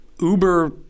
uber